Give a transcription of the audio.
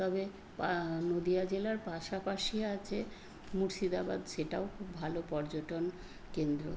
তবে পা নদিয়া জেলার পাশাপাশি আছে মুর্শিদাবাদ সেটাও খুব ভালো পর্যটন কেন্দ্র